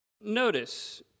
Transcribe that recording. notice